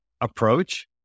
approach